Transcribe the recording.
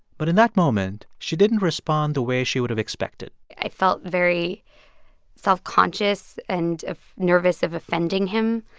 but in that moment, she didn't respond the way she would have expected i felt very self-conscious and nervous of offending him,